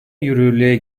yürürlüğe